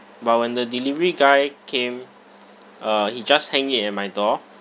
but when the delivery guy came uh he just hang it at my door